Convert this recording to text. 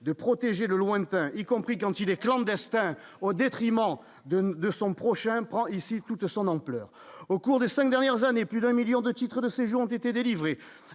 de protéger le lointain, y compris quand il est clandestins au détriment de de son prochain prend ici toute son ampleur au cours des 5 dernières années, plus d'un 1000000 de titres de séjour ont été délivrés,